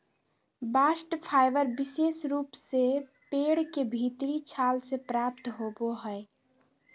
bast fibre विशेष रूप से पेड़ के भीतरी छाल से प्राप्त होवो हय